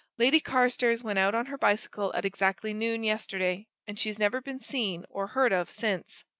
lady carstairs went out on her bicycle at exactly noon yesterday and she's never been seen or heard of since.